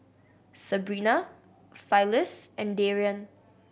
Sebrina Phyliss and Darrion